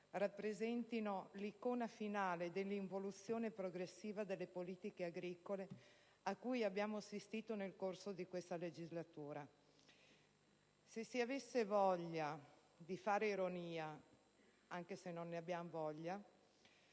rappresentino l'icona finale dell'involuzione progressiva delle politiche agricole a cui si è assistito nel corso di questa legislatura. Se si avesse voglia di ironizzare - anche se non se ne ha - si